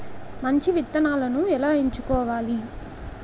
మంచి విత్తనాలను ఎలా ఎంచుకోవాలి?